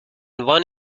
one